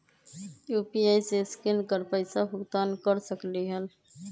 UPI से scan कर पईसा भुगतान कर सकलीहल?